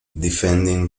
defending